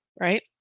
right